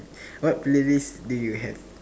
what playlist do you have